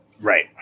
Right